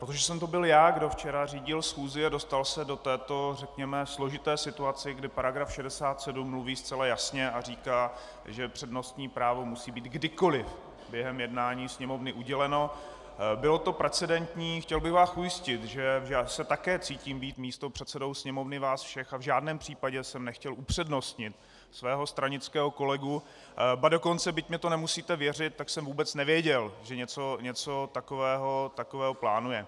Protože jsem to byl já, kdo včera řídil schůzi a dostal se do této řekněme složité situace, kdy § 67 mluví zcela jasně a říká, že přednostní právo musí být kdykoliv během jednání Sněmovny uděleno, bylo to precedentní, chtěl bych vás ujistit, že já se také cítím být místopředsedou Sněmovny vás všech a v žádném případě jsem nechtěl upřednostnit svého stranického kolegu, ba dokonce, byť mně to nemusíte věřit, jsem vůbec nevěděl, že něco takového plánuje.